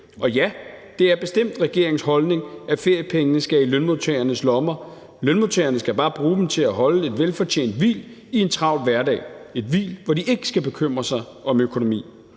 Og ja, det er bestemt regeringens holdning, at feriepengene skal i lønmodtagernes lommer. Lønmodtagerne skal bare bruge dem til at holde et velfortjent hvil i en travl hverdag; et hvil, hvor de ikke skal bekymre sig om økonomi.